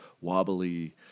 wobbly